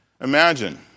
Imagine